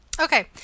Okay